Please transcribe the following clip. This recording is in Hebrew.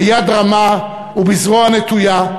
ביד רמה ובזרוע נטויה.